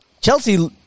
Chelsea